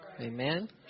Amen